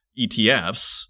ETFs